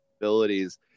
abilities